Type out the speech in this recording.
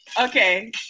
Okay